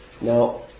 Now